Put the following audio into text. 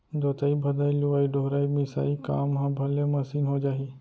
जोतइ भदई, लुवइ डोहरई, मिसाई काम ह भले मसीन हो जाही